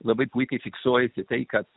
labai puikiai fiksuojate tai kad